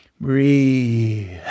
Breathe